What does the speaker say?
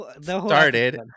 started